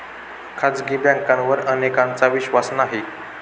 खाजगी बँकांवर अनेकांचा विश्वास नाही